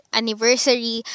anniversary